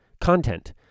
content